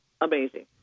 Amazing